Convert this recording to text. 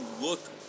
look